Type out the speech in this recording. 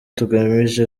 tugamije